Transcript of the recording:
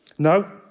No